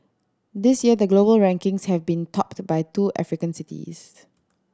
this year the global rankings have been topped by two African cities